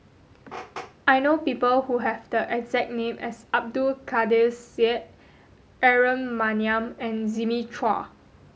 I know people who have the exact name as Abdul Kadir Syed Aaron Maniam and Jimmy Chua